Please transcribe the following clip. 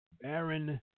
Baron